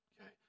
Okay